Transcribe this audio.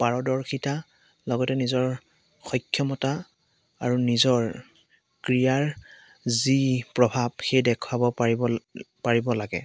পাৰদৰ্শিতা লগতে নিজৰ সক্ষমতা আৰু নিজৰ ক্ৰীড়াৰ যি প্ৰভাৱ সেই দেখুৱাব পাৰিব ল পাৰিব লাগে